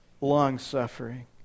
long-suffering